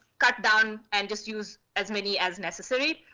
cut down and just use as many as necessary.